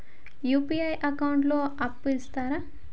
UPI account లో అప్పు ఇస్తరా?